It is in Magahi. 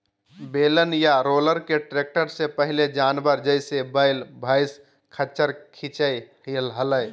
बेलन या रोलर के ट्रैक्टर से पहले जानवर, जैसे वैल, भैंसा, खच्चर खीचई हलई